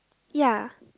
ya